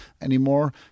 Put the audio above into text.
anymore